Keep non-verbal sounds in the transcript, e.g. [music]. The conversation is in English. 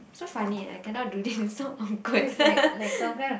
so funny eh I cannot do this so awkward [laughs]